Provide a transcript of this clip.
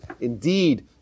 Indeed